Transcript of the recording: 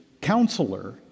Counselor